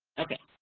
okay.